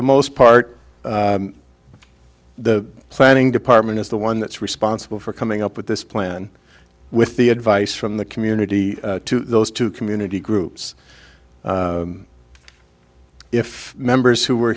the most part the planning department is the one that's responsible for coming up with this plan with the advice from the community to those two community groups if members who were